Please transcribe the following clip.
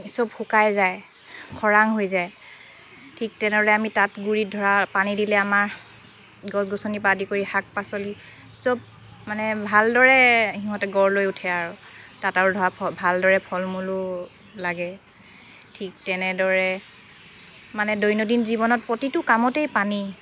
চব শুকাই যায় খৰাং হৈ যায় ঠিক তেনেদৰে আমি তাত গুৰিত ধৰা পানী দিলে আমাৰ গছ গছনিৰ পৰা আদি কৰি শাক পাচলি চব মানে ভালদৰে সিহঁতে গঢ় লৈ উঠে আৰু তাত আৰু ভালদৰে ফল মূলো লাগে ঠিক তেনেদৰে মানে দৈনন্দিন জীৱনত প্ৰতিটো কামতেই পানী